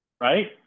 Right